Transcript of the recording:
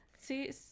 See